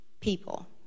people